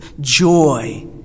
joy